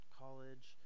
college